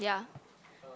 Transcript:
yeah